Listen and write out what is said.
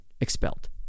expelled